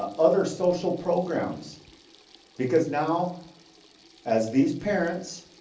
ah other social programs because now as these parents